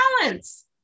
balance